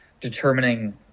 determining